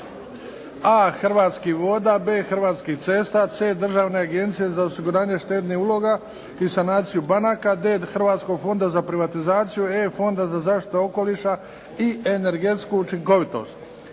a) Hrvatskih voda a) Hrvatskih cesta a) Dr a) Državne agencije za osiguranje štednih uloga i sanaciju banaka a) Hrvatskog fonda za privatizaciju a) Fonda za zaštitu okoliša i energetsku učinkovitost